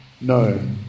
No